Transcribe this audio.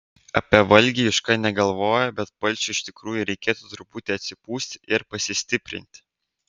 apie valgį juška negalvojo bet palšiui iš tikrųjų reikėtų truputį atsipūsti ir pasistiprinti